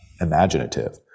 imaginative